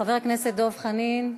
חבר הכנסת דב חנין.